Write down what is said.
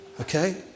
Okay